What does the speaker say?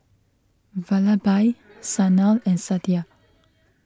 Vallabhbhai Sanal and Satya